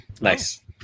Nice